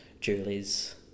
Julie's